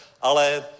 Ale